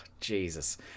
Jesus